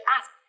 ask